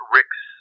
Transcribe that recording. Rick's